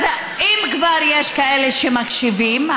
אז אם כבר יש כאלה שמקשיבים,